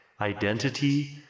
identity